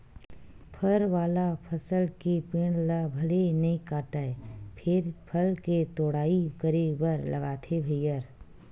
फर वाला फसल के पेड़ ल भले नइ काटय फेर फल के तोड़ाई करे बर लागथे भईर